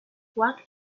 what